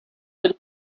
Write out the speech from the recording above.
del